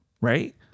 Right